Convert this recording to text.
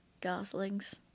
Goslings